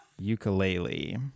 Ukulele